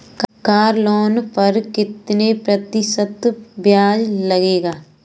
Car loan पर कितने प्रतिशत ब्याज लगेगा?